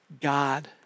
God